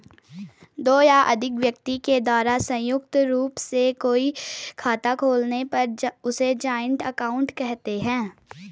दो या अधिक व्यक्ति के द्वारा संयुक्त रूप से कोई खाता खोलने पर उसे जॉइंट अकाउंट कहते हैं